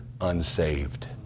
unsaved